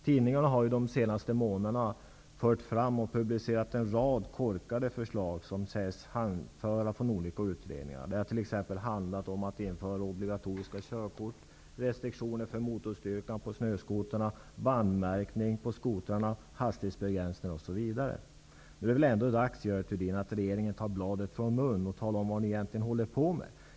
Tidningarna har ju de senaste månaderna fört fram och publicerat en rad korkade förslag som sägs hänföras till olika utredningar. Det har t.ex. handlat om att man skall införa obligatoriska körkort, restriktioner i fråga om motorstyrka, bandmärkning, hastighetsbegränsningar osv. Nu är det väl ändå dags, Görel Thurdin, att ni i regeringen tar bladet från munnen och talar om vad ni egentligen håller på med.